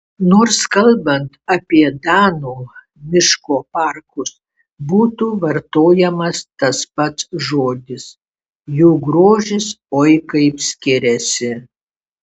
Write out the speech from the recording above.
nors kalbant apie danų miško parkus būtų vartojamas tas pats žodis jų grožis oi kaip skiriasi